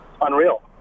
unreal